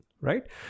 right